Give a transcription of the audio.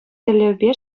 тӗллевпе